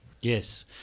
yes